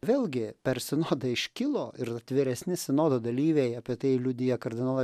vėlgi per sinodą iškilo ir atviresni sinodo dalyviai apie tai liudija kardinola